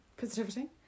Positivity